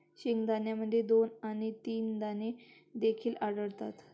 शेंगदाण्यामध्ये दोन आणि तीन दाणे देखील आढळतात